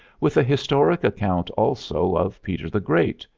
with a historic account also of peter the great,